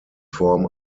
form